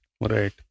Right